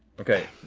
okay,